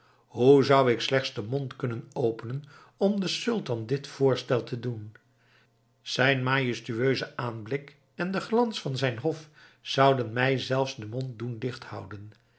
hoe zou ik slechts den mond kunnen openen om den sultan dit voorstel te doen zijn majestueuze aanblik en de glans van zijn hof zouden mij zelfs den mond doen dichthouden